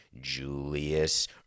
Julius